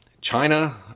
China